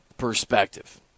perspective